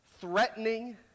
threatening